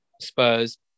Spurs